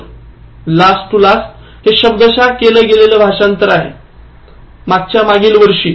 Last to last हे शब्दशाह केले गेलेलं भाषनंतर आहे मागच्या मागील वर्षी